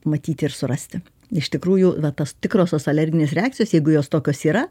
matyti ir surasti iš tikrųjų va tas tikrosios alerginės reakcijos jeigu jos tokios yra